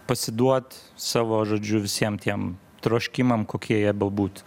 pasiduot savo žodžiu visiem tiem troškimam kokie jie buvo bebūt